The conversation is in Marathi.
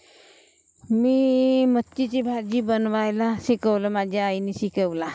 मी मच्छीची भाजी बनवायला शिकवलं माझ्या आईनी शिकवला